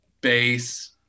base